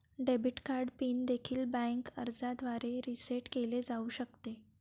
debit card PIN देखील bank अर्जाद्वारे reset केले जाऊ शकते